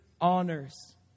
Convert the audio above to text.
honors